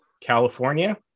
California